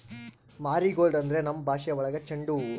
marigold ಅಂದ್ರೆ ನಮ್ ಭಾಷೆ ಒಳಗ ಚೆಂಡು ಹೂವು